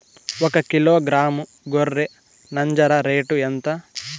ఒకకిలో గ్రాము గొర్రె నంజర రేటు ఎంత?